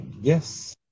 yes